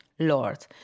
Lord